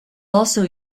also